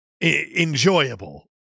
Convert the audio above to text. enjoyable